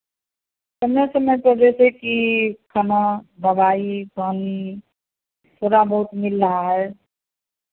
समय समय पर जैसे कि खाना दवाई पानी थोड़ा बहुत मिल रहा है